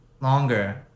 longer